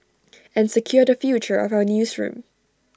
and secure the future of our newsroom